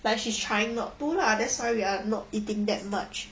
like she's trying not to lah that's why we are not eating that much